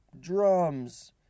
drums